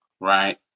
right